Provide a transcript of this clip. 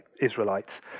Israelites